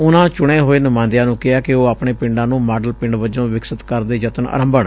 ਉਨੂਾ ਚੁਣੇ ਹੋਏ ਨੁਮਾਇੰਦਿਆਂ ਨੂੰ ਕਿਹਾ ਕਿ ਉਹ ਆਪਣੇ ਪਿੰਡਾਂ ਨੂੰ ਮਾਡਲ ਪਿੰਡ ਵਜੋਂ ਵਿਕਸਤ ਕਰਨ ਦੇ ਯਤਨ ਆਰੰਭਣ